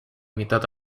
mitad